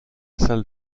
salle